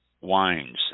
wines